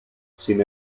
sin